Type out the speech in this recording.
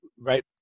right